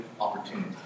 opportunity